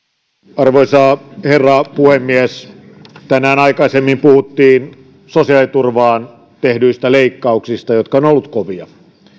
arvoisa herra puhemies tänään aikaisemmin puhuttiin sosiaaliturvaan tehdyistä leikkauksista jotka ovat olleet kovia